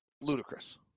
ludicrous